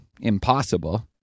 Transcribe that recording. impossible